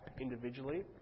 individually